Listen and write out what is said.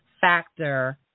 factor